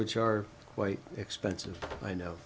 which are quite expensive i know